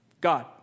God